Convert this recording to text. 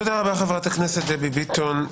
תודה רבה חברת הכנסת דבי ביטון.